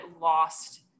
lost